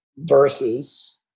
verses